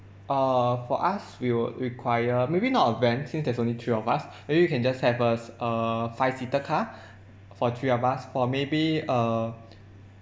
uh for us we would require maybe not a van since there's only three of us maybe we can just have a err five seater car for three of us or maybe err